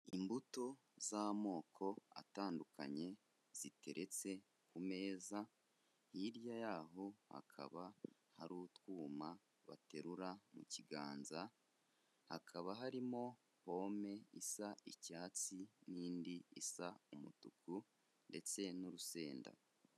Ibuto z'amoko atandukanye ziteretse ku meza, hirya yaho hakaba hari utwuma baterura mu kiganza, hakaba harimo pome isa icyatsi n'indi isa umutuku ndetse n'urusenda.